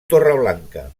torreblanca